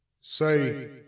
Say